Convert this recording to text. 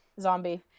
Zombie